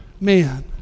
Man